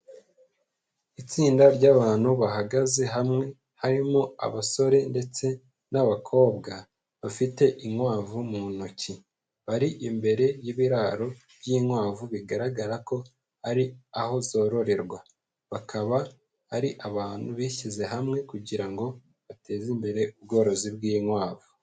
Itsinda ry'abantu bahagaze hamwe, harimo abasore ndetse n'abakobwa, bafite inkwavu mu ntoki, bari imbere y'ibiraro by'inkwavu, bigaragara ko ari aho zororerwa, bakaba ari abantu bishyize hamwe, kugira ngo bateze imbere ubworozi bw'inkwavu.